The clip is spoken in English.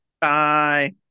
Bye